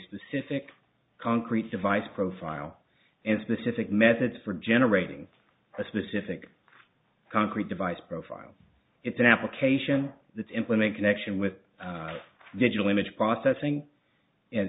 specific concrete device profile and specific methods for generating a specific concrete device profile it's an application that implement connection with digital image processing and